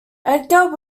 edgar